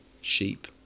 sheep